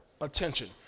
attention